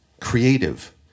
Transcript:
creative